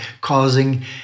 causing